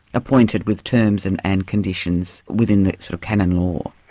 appointed with terms and and conditions within the sort of canon law.